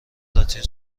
لاتین